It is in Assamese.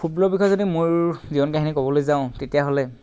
ফুটবলৰ বিষয়ে যদি মোৰ জীৱন কাহিনী ক'বলৈ যাওঁ তেতিয়াহ'লে